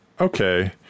okay